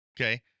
Okay